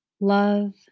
love